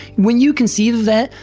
when you conceive of that,